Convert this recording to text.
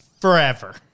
Forever